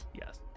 Yes